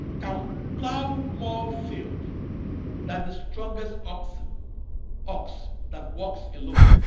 can plow more field than the strongest ox and ox that works alone.